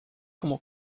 como